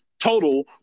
Total